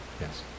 Yes